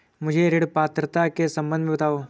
मुझे ऋण पात्रता के सम्बन्ध में बताओ?